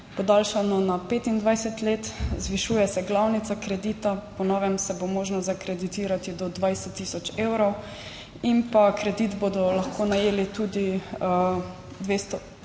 podaljšano na 25 let, zvišuje se glavnica kredita, po novem se bo možno zakreditirati do 20 tisoč evrov in pa kredit bodo lahko najeli tudi 200,